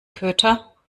köter